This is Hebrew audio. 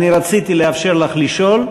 רציתי לאפשר לך לשאול.